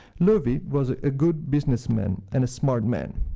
loewi was ah a good businessman and a smart man.